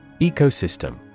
Ecosystem